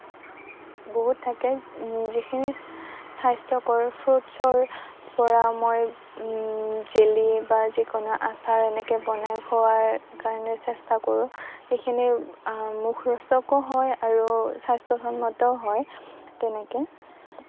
বহুত থাকে যিখিনি স্বাস্থ্যকৰ ফ্ৰোটছৰ পৰা মই জেলী বা যিকোনো আচাৰ এনেকৈ বনাই খোৱাৰ কাৰণে চেষ্টা কৰোঁ সেইখিনি মুখৰোচকো হয় আৰু স্বাস্থ্যসন্মতো হয় তেনেকৈ